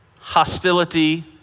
hostility